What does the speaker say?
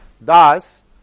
Thus